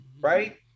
right